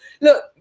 Look